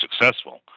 successful